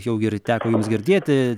jau ir teko jums girdėti